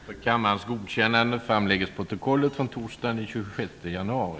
Frågorna redovisas i bilaga som fogas till riksdagens snabbprotokoll torsdagen den 26 januari.